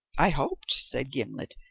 i hoped, said gimblet,